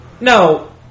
No